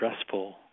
stressful